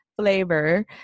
flavor